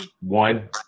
One